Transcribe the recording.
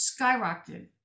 skyrocketed